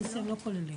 רוסיה לא נכללים.